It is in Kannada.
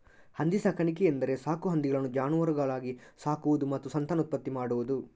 ಹಂದಿ ಸಾಕಾಣಿಕೆ ಎಂದರೆ ಸಾಕು ಹಂದಿಗಳನ್ನು ಜಾನುವಾರುಗಳಾಗಿ ಸಾಕುವುದು ಮತ್ತು ಸಂತಾನೋತ್ಪತ್ತಿ ಮಾಡುವುದು